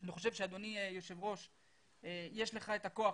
אני חושב שאדוני היושב ראש, יש לך את הכוח.